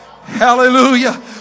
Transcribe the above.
Hallelujah